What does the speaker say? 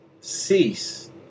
cease